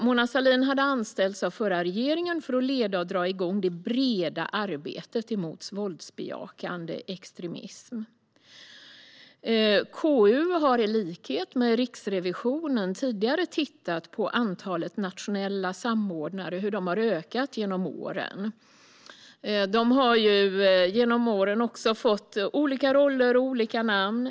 Mona Sahlin hade anställts av den förra regeringen för att leda och dra igång det breda arbetet mot våldsbejakande extremism. KU har i likhet med Riksrevisionen tidigare tittat på hur antalet nationella samordnare har ökat genom åren. De har genom åren också fått olika roller och namn.